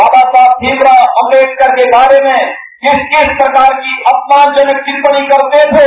बाबा साहब भीमराव अम्बेडकर के बारे में किस किस प्रकार की अपमान जनक टिपणी करते थे